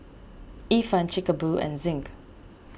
Ifan Chic A Boo and Zinc